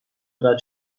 قطع